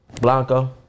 Blanco